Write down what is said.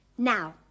Now